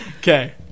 okay